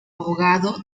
abogado